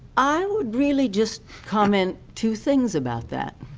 i would really just comment two things about that.